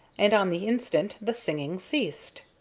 and on the instant the singing ceased.